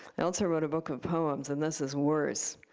i also wrote a book of poems, and this is worse.